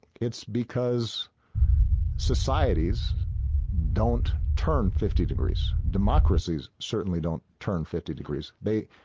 it's because societies don't turn fifty degrees. democracies certainly don't turn fifty degrees. they.